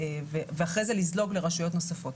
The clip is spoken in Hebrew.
ואחרי זה לזלוג לרשויות נוספות.